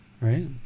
right